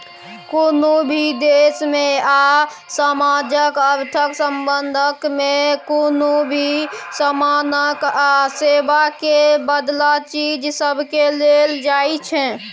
कुनु भी देश में आ समाजक अर्थक संबंध में कुनु भी समानक आ सेवा केर बदला चीज सबकेँ लेल जाइ छै